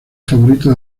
favorito